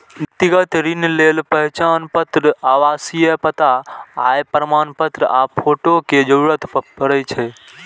व्यक्तिगत ऋण लेल पहचान पत्र, आवासीय पता, आय प्रमाणपत्र आ फोटो के जरूरत पड़ै छै